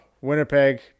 winnipeg